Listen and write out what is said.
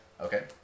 Okay